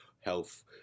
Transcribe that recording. health